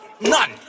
None